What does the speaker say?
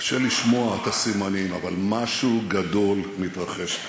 קשה לשמוע את הסימנים, אבל משהו גדול מתרחש כאן.